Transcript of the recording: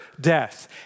death